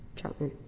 chapman.